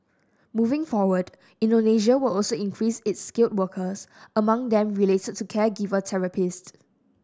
moving forward Indonesia will also increase its skilled workers among them related to caregiver therapists